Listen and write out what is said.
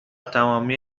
تمامی